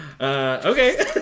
Okay